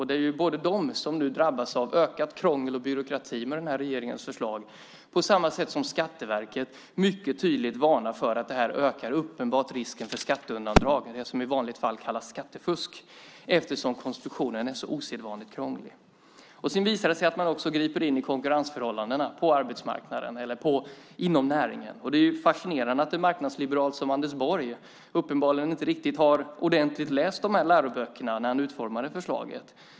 Det är de som nu drabbas av ökat krångel och byråkrati med den här regeringens förslag, på samma sätt som Skatteverket mycket tydligt varnar för att det här uppenbart ökar risken för skatteundantag, det som i vanliga fall kallas skattefusk, eftersom konstruktionen är så osedvanligt krånglig. Sedan visar det sig att man också griper in i konkurrensförhållandena på arbetsmarknaden och inom näringen. Det är fascinerande att en marknadsliberal som Anders Borg uppenbarligen inte hade läst läroböckerna ordentligt när han utformade förslaget.